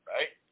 Right